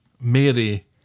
Mary